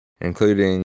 including